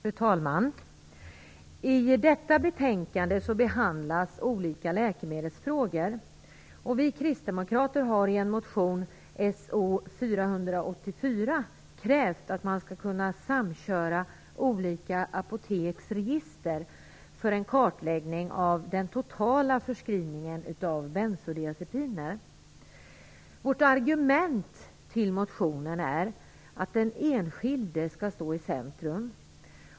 Fru talman! I detta betänkande behandlas olika läkemedelsfrågor. Vi kristdemokrater har i en motion, So484, krävt att man skall kunna samköra olika apoteks register för en kartläggning av den totala förskrivningen av bensodiazepiner. Vårt argument för motionen är att den enskilde skall stå i centrum.